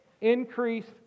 Increased